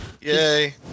yay